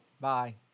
Bye